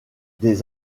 des